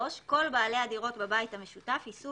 (3) כל בעלי הדירות בבית המשותף יישאו